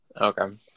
Okay